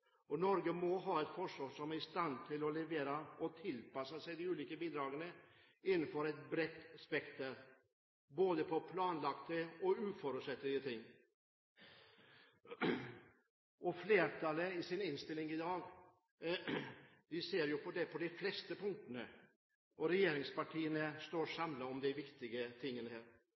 scenarioer. Norge må ha et forsvar som er i stand til å levere tilpassende bidrag innenfor et bredt spekter av oppdrag, både planlagte og uforutsette. Flertallet i innstillingen i dag ser på det på de fleste punktene, og regjeringspartiene står samlet om disse viktige tingene.